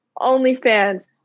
OnlyFans